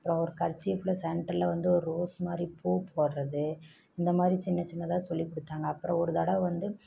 அப்புறோம் ஒரு கர்ச்சீஃபில் சென்டரில் வந்து ஒரு ரோஸ் மாதிரி பூ போடுறது இந்தமாதிரி சின்ன சின்னதாக சொல்லி கொடுத்தாங்க அப்புறம் ஒரு தடவை வந்து